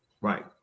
Right